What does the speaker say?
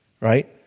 right